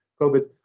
COVID